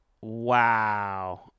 Wow